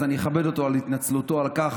אז אני אכבד אותו על התנצלותו על כך